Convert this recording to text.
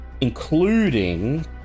including